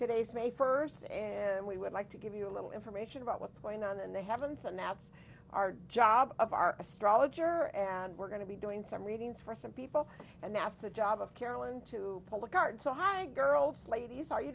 today's may first and we would like to give you a little information about what's going on and they haven't and that's our job of our astrologer and we're going to be doing some readings for some people and that's the job of carolyn to public art to hot girls ladies are you